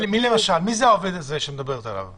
מי זה העובד הזה שאת מדברת עליו?